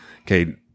okay